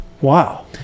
Wow